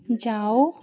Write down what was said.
जाओ